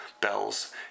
bells